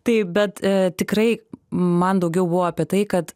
tai bet tikrai man daugiau buvo apie tai kad